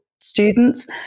students